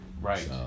right